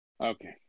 Okay